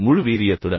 முழு வீரியத்துடன்